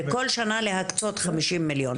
כל שנה להקצות חמישים מיליון.